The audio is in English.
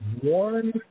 one